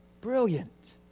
Brilliant